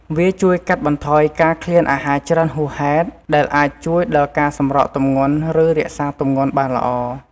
វាជួយកាត់បន្ថយការឃ្លានអាហារច្រើនហួសហេតុ ដែលអាចជួយដល់ការសម្រកទម្ងន់ ឬរក្សាទម្ងន់បានល្អ។